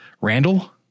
Randall